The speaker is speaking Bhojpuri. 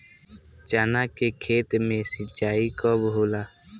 चना के खेत मे सिंचाई कब होला?